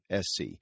SC